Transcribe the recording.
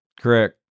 Correct